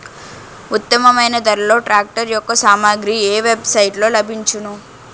ఉత్తమమైన ధరలో ట్రాక్టర్ యెక్క సామాగ్రి ఏ వెబ్ సైట్ లో లభించును?